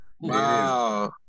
Wow